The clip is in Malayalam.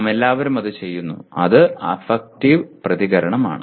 നാമെല്ലാവരും അത് ചെയ്യുന്നു അത് അഫക്റ്റീവ് പ്രതികരണമാണ്